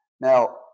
Now